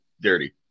dirty